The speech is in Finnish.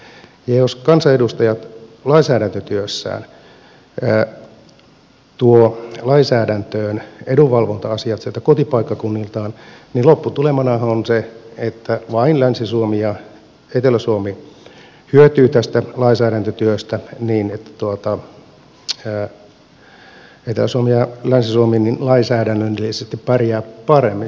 ja jos kansanedustajat lainsäädäntötyössään tuovat lainsäädäntöön edunvalvonta asiat sieltä kotipaikkakunniltaan niin lopputulemanahan on se että vain länsi suomi ja etelä suomi hyötyvät tästä lainsäädäntötyöstä niin että sitten lopputuloksena etelä suomi ja länsi suomi lainsäädännöllisesti pärjäävät muuta suomea paremmin